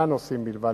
3 מבחינתי,